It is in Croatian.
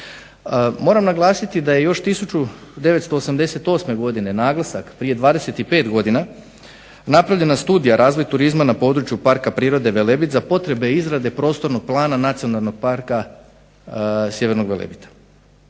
Moram naglasiti da je još 1988. godine, naglasak prije 25 godina, napravljena studija Razvoj turizma na području parka prirode Velebit za potrebe izrade prostornog plana nacionalnog parka Sjevernog Velebita,